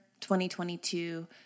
2022